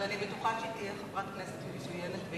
ואני בטוחה שהיא תהיה חברת כנסת מצוינת,